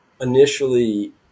initially